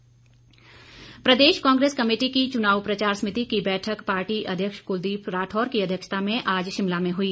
कांग्रेस बैठक प्रदेश कांग्रेस कमेटी की चुनाव प्रचार समिति की बैठक पार्टी अध्यक्ष कुलदीप राठौर की अध्यक्षता में आज शिमला में हुई